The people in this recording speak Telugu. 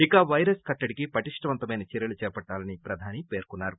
ఇక పైరస్ కట్లడికి పటిష్షవంతమైన చర్యలు చేపట్లాలని ప్రధానమంత్రి పర్కోన్సారు